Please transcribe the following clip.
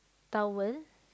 towel